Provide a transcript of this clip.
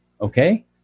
Okay